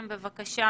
בבקשה.